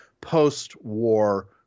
post-war